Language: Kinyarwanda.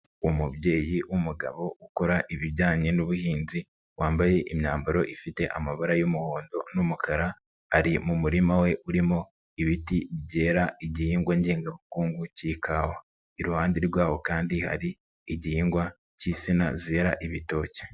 Umubyeyi w'umugabo ukora ibijyanye n'ubuhinzi wambaye imyambaro ifite amabara y'umuhondo n'umukara ari mu murima we urimo ibiti byera igihingwa ngengabukungu k'ikawa, iruhande rw'aho kandi hari igihingwa k'insina zera ibitoki.